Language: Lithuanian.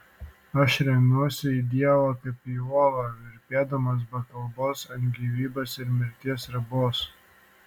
aš remiuosi į dievą kaip į uolą virpėdamas be kalbos ant gyvybės ir mirties ribos